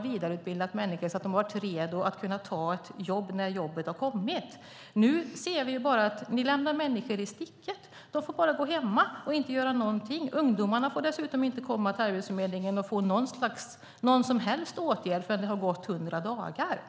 vi vidareutbildat människor så att de varit redo att ta jobb när jobben har kommit. Nu ser vi att människor lämnas i sticket. De får gå hemma och göra ingenting. Dessutom får ungdomarna inte komma till Arbetsförmedlingen och få någon som helst åtgärd förrän det gått hundra dagar.